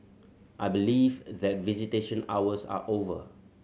I believe that visitation hours are over